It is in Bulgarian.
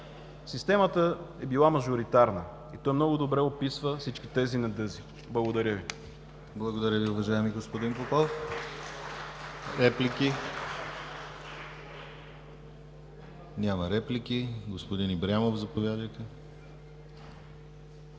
системата е била мажоритарна и той много добре описва всички тези недъзи. Благодаря Ви.